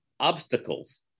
Obstacles